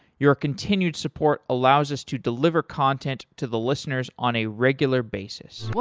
your continued support allows us to deliver content to the listeners on a regular basis